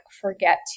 forget